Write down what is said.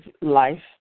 life